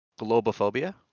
globophobia